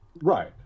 Right